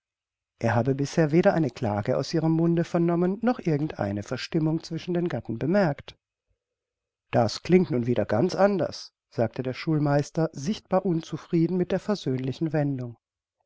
er habe bisher weder eine klage aus ihrem munde vernommen noch irgend eine verstimmung zwischen den gatten bemerkt das klingt nun wieder ganz anders sagte der schulmeister sichtbar unzufrieden mit der versöhnlichen wendung